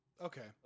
Okay